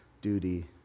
duty